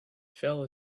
fell